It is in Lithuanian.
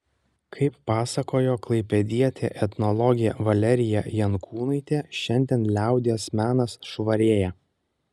kaip pasakojo klaipėdietė etnologė valerija jankūnaitė šiandien liaudies menas švarėja